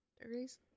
degrees